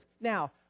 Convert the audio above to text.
Now